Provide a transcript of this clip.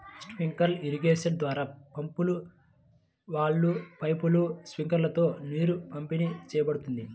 sprinkler irrigation ద్వారా పంపులు, వాల్వ్లు, పైపులు, స్ప్రింక్లర్లతో నీరు పంపిణీ చేయబడుతుంది